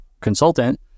consultant